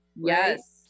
yes